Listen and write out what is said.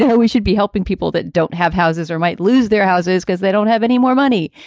yeah we should be helping people that don't have houses or might lose their houses because they don't have any more money.